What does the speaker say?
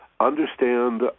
understand